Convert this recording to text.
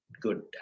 good